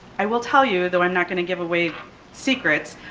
i will tell you though, i'm not gonna give away secrets.